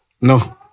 no